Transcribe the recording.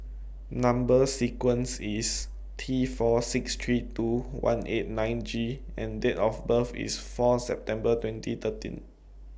Number sequence IS T four six three two one eight nine G and Date of birth IS four September twenty thirteen